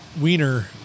wiener